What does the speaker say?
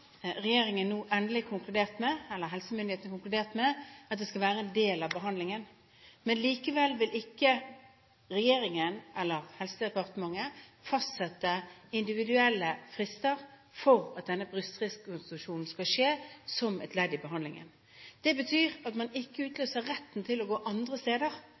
eller helsemyndighetene, endelig konkludert med at det skal være en del av behandlingen. Likevel vil ikke regjeringen, eller Helsedepartementet, fastsette individuelle frister for at denne brystrekonstruksjonen skal skje som et ledd i behandlingen. Det betyr at man ikke utløser retten til å gå andre steder